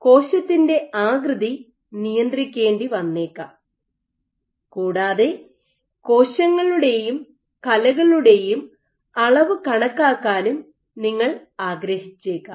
കോശത്തിൻറെ ആകൃതി നിയന്ത്രിക്കേണ്ടി വന്നേക്കാം കൂടാതെ കോശങ്ങളുടെയും കലകളുടെയും അളവ് കണക്കാക്കാനും നിങ്ങൾ ആഗ്രഹിച്ചേക്കാം